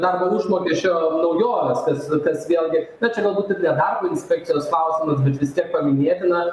darbo užmokesčio naujovės kas kas vėlgi ne čia galbūt ir ne darbo inspekcijos klausimas bet vis tiek paminėtina